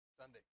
Sunday